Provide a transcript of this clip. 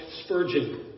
Spurgeon